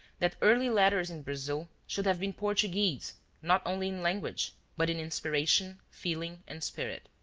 that early letters in brazil should have been portuguese not only in language, but in inspiration, feeling and spirit.